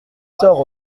sort